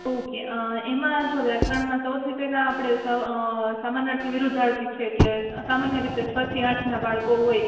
okay એમાં જો વ્યાકરણમાં સૌથી પહેલા આપણે સામાનાર્થી વિરુદ્ધાર્થી છે એટલે સામાન્ય રીતે છથી આઠના બાળકો હોય